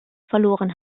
verloren